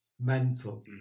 mental